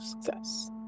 success